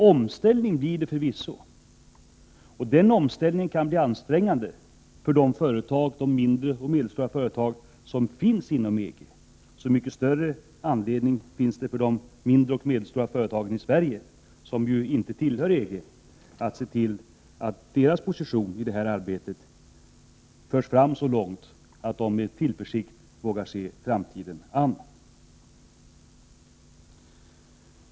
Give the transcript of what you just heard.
Proceduren medför förvisso en omställning som kan bli ansträngande för de mindre och Prot. 1988/89:29 medelstora företag som finns inom EG. Därför är det så mycket större 22 november 1988 anledning för de mindre och medelstora företagen i Sverige, som ju inte. Mao rA tillhör EG, att se till att deras position i detta arbete förs fram så långt att de med tillförsikt vågar se framtiden an.